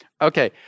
Okay